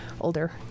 older